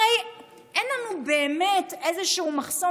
הרי אין לנו באמת איזשהו מחסום,